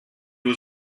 was